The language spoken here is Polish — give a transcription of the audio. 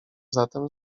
zatem